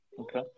Okay